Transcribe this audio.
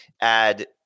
add